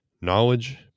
Knowledge